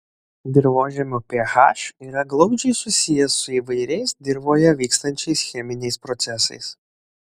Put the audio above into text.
dirvožemio ph yra glaudžiai susijęs su įvairiais dirvoje vykstančiais cheminiais procesais